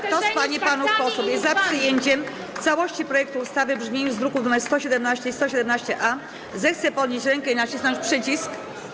Kto z pań i panów posłów jest za przyjęciem w całości projektu ustawy w brzmieniu z druków nr 117 i 117-A, zechce podnieść rękę i nacisnąć przycisk.